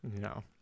No